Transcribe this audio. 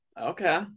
okay